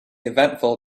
eventful